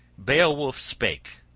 beowulf spake,